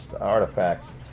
artifacts